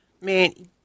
Man